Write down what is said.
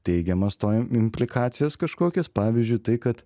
teigiamas to im implikacijas kažkokias pavyzdžiui tai kad